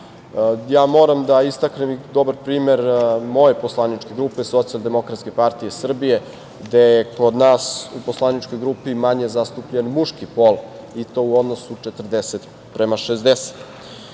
Moram da istaknem i dobar primer moje poslaničke grupe Socijaldemokratske partije Srbije, gde je kod nas u poslaničkoj grupi manje zastupljen muški pol, i to u odnosu 40 prema